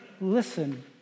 Listen